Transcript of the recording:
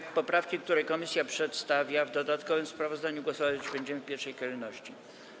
Nad poprawką, którą komisja przedstawia w dodatkowym sprawozdaniu, głosować będziemy w pierwszej kolejności.